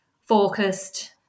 focused